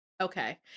Okay